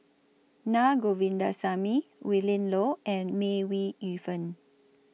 Naa Govindasamy Willin Low and May Ooi Yu Fen